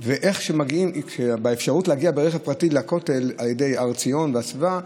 ברכב פרטי לכותל על יד הר ציון והסביבה,